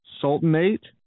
Sultanate